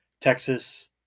Texas